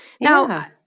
Now